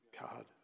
God